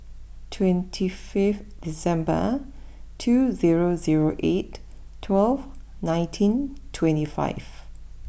twenty five December two zero zero eight twelve nineteen twenty five